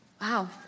Wow